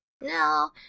No